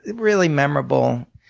really memorable.